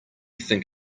think